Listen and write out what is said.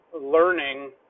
learning